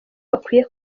bakwiye